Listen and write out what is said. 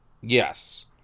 Yes